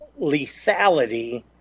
lethality